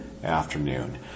afternoon